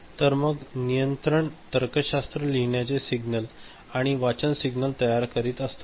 तर मग हे नियंत्रण तर्कशास्त्र लिहिण्याचे सिग्नल किंवा वाचन सिग्नल तयार करीत असतात